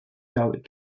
perdent